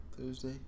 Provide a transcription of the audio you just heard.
Thursday